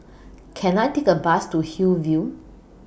Can I Take A Bus to Hillview